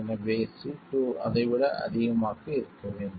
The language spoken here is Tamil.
எனவே C2 அதை விட அதிகமாக இருக்க வேண்டும்